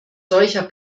solcher